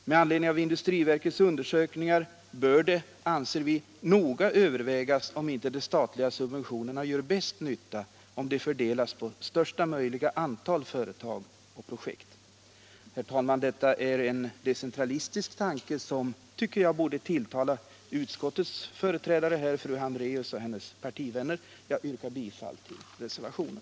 Med anledning av industriverkets undersökningar bör det, anser vi, noga övervägas om inte de statliga subventionerna gör bäst nytta om de fördelas på största möjliga antal företag och projekt. Detta är en decentralistisk tanke, som jag tycker borde tilltala utskottets företrädare fru Hambraeus och hennes partivänner. Herr talman! Jag yrkar bifall till reservationen.